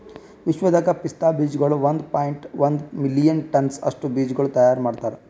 ವಿಶ್ವದಾಗ್ ಪಿಸ್ತಾ ಬೀಜಗೊಳ್ ಒಂದ್ ಪಾಯಿಂಟ್ ಒಂದ್ ಮಿಲಿಯನ್ ಟನ್ಸ್ ಅಷ್ಟು ಬೀಜಗೊಳ್ ತೈಯಾರ್ ಮಾಡ್ತಾರ್